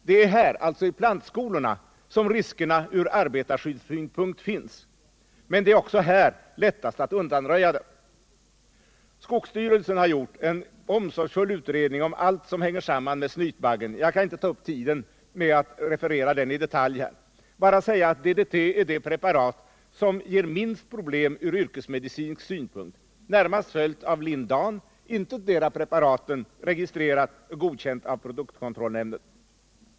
Det är här, alltså i plantskolorna, riskerna ur arbetarskyddssynpunkt finns, men det är också här lättast att undanröja dem. Skogsstyrelsen har gjort en omsorgsfull utredning om allt sorh hänger samman med snytbaggen. Jag kan inte ta upp tiden med att i detalj referera den utan vill bara säga, att DDT är det preparat som ger minst problem ur yrkesmedicinsk synpunkt, närmast följt av lindan — intetdera preparatet registrerat och godkänt av produktkontrollnämnden.